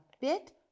bit